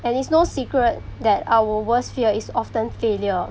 and it's no secret that our worst fear is often failure